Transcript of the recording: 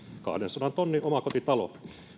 kahdensadan tonnin omakotitalo